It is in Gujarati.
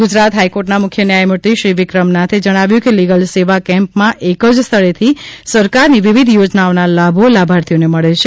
ગુજરાત હાઈકોર્ટના મુખ્ય ન્યાયમૂર્તિ શ્રી વિક્રમ નાથે જણાવ્યું કે લીગલ સેવા કેમ્પમાં એક જ સ્થળેથી સરકારની વિવિધ યોજનાઓના લાભો લાભાર્થીઓને મળે છે